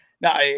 Now